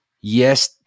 Yes